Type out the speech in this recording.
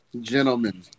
gentlemen